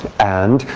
and,